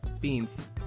beans